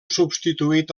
substituït